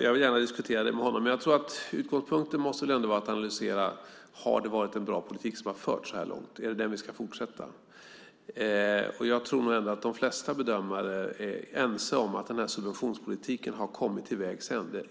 Jag vill gärna diskutera det med honom. Men jag tror att utgångspunkten måste vara att analysera: Har det varit en bra politik som har förts så här långt? Är det den vi ska fortsätta med? Jag tror att de flesta bedömare är ense om att subventionspolitiken har kommit till vägs ände.